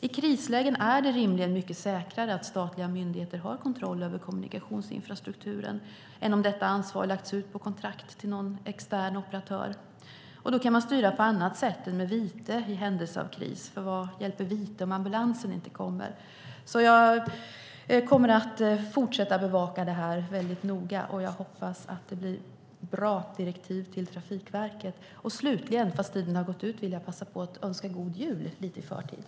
I krislägen är det mycket säkrare att statliga myndigheter har kontroll över kommunikationsinfrastrukturen än om detta ansvar lagts ut på kontrakt till någon extern operatör. Då kan man styra på annat sätt än med vite i händelse av kris, för vad hjälper vite om ambulansen inte kommer? Jag kommer att fortsätta bevaka detta noga, och jag hoppas att det blir bra direktiv till Trafikverket. Låt mig till sist önska god jul och gott nytt år.